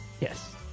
Yes